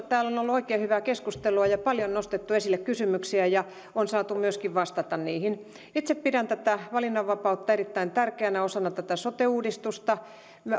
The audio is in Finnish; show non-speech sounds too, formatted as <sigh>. <unintelligible> täällä on ollut oikein hyvää keskustelua ja paljon nostettu esille kysymyksiä ja on saatu myöskin vastata niihin itse pidän tätä valinnanvapautta erittäin tärkeänä osana tätä sote uudistusta